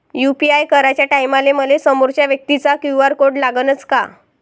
UPI कराच्या टायमाले मले समोरच्या व्यक्तीचा क्यू.आर कोड लागनच का?